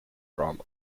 drama